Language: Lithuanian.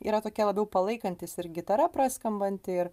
yra tokie labiau palaikantys ir gitara praskambanti ir